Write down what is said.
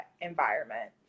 environment